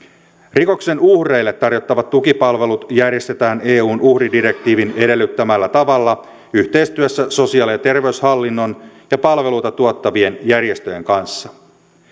rikoksen uhreille tarjottavat tukipalvelut järjestetään eun uhridirektiivin edellyttämällä tavalla yhteistyössä sosiaali ja terveyshallinnon ja palveluita tuottavien järjestöjen kanssa